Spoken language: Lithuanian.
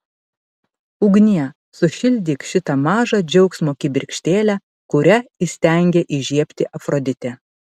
ugnie sušildyk šitą mažą džiaugsmo kibirkštėlę kurią įstengė įžiebti afroditė